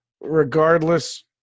regardless